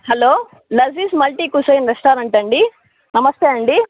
hello Lazeez multi cuisine restaurant అండి నమస్తే అండి